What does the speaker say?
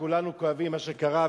וכולנו כואבים את מה שקרה,